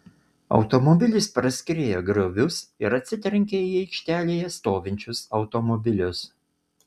automobilis praskriejo griovius ir atsitrenkė į aikštelėje stovinčius automobilius